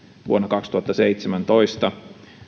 vuonna kaksituhattaseitsemäntoista